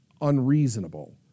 unreasonable